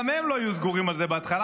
גם הם לא היו סגורים על זה בהתחלה,